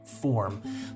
form